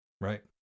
right